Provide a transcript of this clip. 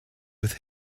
with